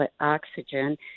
oxygen